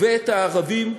ואת הערבים.